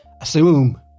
Assume